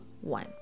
one